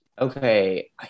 Okay